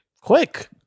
quick